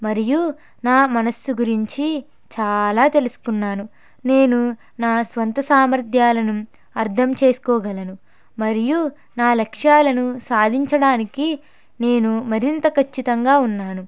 మరియు నా మనస్సు గురించి చాలా తెలుసుకున్నాను నేను నా సొంత సామర్థ్యాలను అర్థం చేసుకోగలను మరియు నా లక్ష్యాలను సాధించడానికి నేను మరింత ఖచ్చితంగా ఉన్నాను